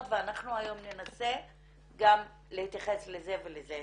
ואנחנו היום ננסה גם להתייחס לזה ולזה.